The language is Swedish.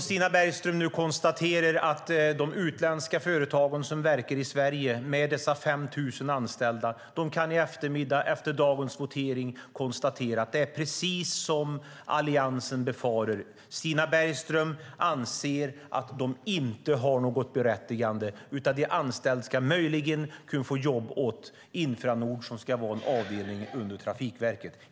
Stina Bergström är tydlig. De utländska företagen, som verkar i Sverige med dessa 5 000 anställda, kan i eftermiddag, efter dagens votering, konstatera att det är precis som Alliansen befarar. Stina Bergström anser att de inte har något berättigande, utan de anställda ska möjligen kunna få jobba åt Infranord, som ska vara en avdelning under Trafikverket.